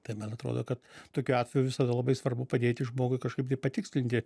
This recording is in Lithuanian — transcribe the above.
tai man atrodo kad tokiu atveju visada labai svarbu padėti žmogui kažkaip tai patikslinti